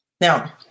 Now